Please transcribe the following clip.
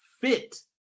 fit